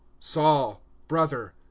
saul, brother,